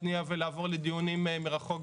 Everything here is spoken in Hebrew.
תניעו את גלגלי המשק המקומיים.